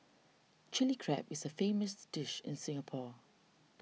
Chilli Crab is a famous dish in Singapore